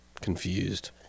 confused